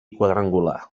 quadrangular